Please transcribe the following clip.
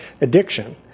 addiction